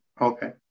Okay